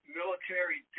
military